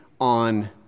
on